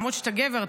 למרות שאתה גבר,